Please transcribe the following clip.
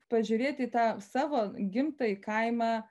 pažiūrėti į tą savo gimtąjį kaimą